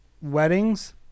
weddings